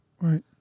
Right